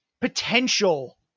potential